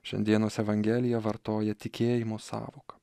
šiandienos evangelija vartoja tikėjimo sąvoką